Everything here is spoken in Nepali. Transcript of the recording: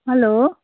हेलो